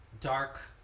dark